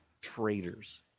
traitors